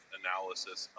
analysis